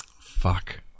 fuck